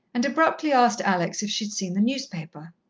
and abruptly asked alex if she'd seen the newspaper.